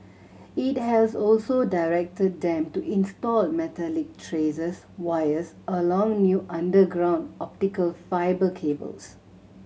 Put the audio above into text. it has also directed them to install metallic tracers wires along new underground optical fibre cables